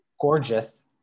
gorgeous